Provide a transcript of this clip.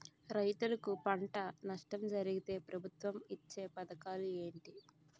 రైతులుకి పంట నష్టం జరిగితే ప్రభుత్వం ఇచ్చా పథకాలు ఏంటి?